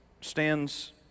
stands